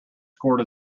scored